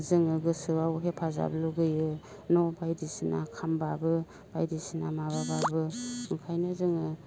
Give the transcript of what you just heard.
जोङो गोसोआव हेफाजाब लुगैयो न' बायदिसिना खामब्लाबो बायदिसिना माबाब्लाबो ओंखायनो जोङो